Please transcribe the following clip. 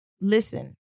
listen